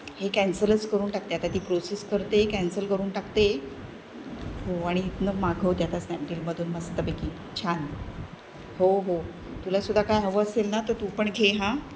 हे कॅन्सलच करून टाकते आता ती प्रोसेस करते कॅन्सल करून टाकते हो आणि इथून मागवते आता स्नॅपडीलमधून मस्तपैकी छान हो हो तुला सुद्धा काय हवं असेल ना तर तू पण घे हां